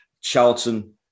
Charlton